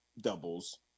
doubles